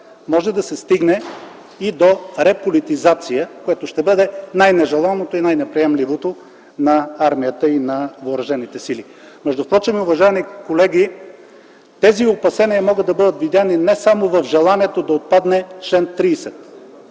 Може да се стигне и до реполитизация, което ще бъде най-нежеланото и най-неприемливото на армията и на въоръжените сили. Впрочем, уважаеми колеги, тези опасения могат да бъдат видени не само в желанието да отпадне чл. 30.